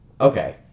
Okay